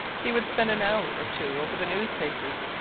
he would spend an hour or two over the newspapers,